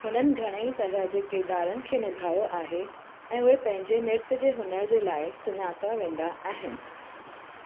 हुननि घणईं तरह जे किरिदारनि खे निभायो आहे ऐं उहे पंहिंजे नृत्य जे हुनुर जे लाइ सुञाता वेंदा आहिनि